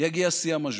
יגיע שיא המשבר.